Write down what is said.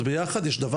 דבר